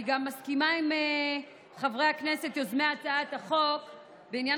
אני גם מסכימה עם חברי הכנסת יוזמי הצעת החוק בעניין